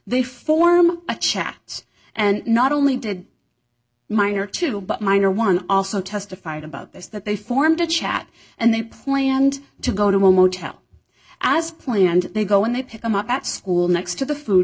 they form a chat and not only did miner two but miner one also testified about this that they formed a chat and they planned to go to motel as planned they go in they pick them up at school next to the food